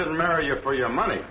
didn't marry your for your money